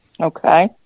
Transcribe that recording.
Okay